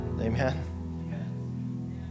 Amen